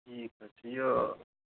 ٹھیٖک حظ چھِ یہِ